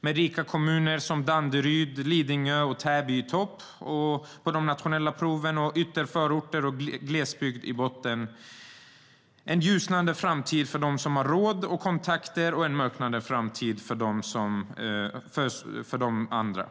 Rika kommuner som Danderyd, Lidingö och Täby ligger i topp i de nationella proven, och ytterförorter och glesbygd ligger i botten. Vi ser en ljusnande framtid för dem som har råd och kontakter, och vi ser en mörknande framtid för de andra.